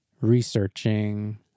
researching